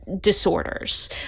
disorders